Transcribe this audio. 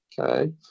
Okay